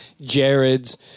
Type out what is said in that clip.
Jared's